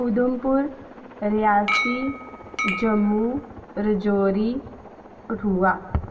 Udhampur Reasi Jammu Rajouri Kathua